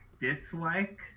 dislike